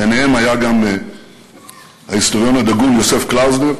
ביניהם היה גם ההיסטוריון הדגול יוסף קלוזנר,